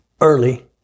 early